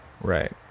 Right